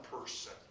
person